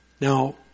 now